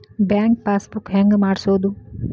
Bank passbook ಹೆಂಗ್ ಮಾಡ್ಸೋದು?